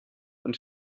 und